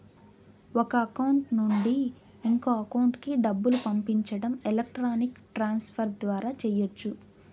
ఒక అకౌంట్ నుండి ఇంకో అకౌంట్ కి డబ్బులు పంపించడం ఎలక్ట్రానిక్ ట్రాన్స్ ఫర్ ద్వారా చెయ్యచ్చు